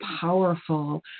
powerful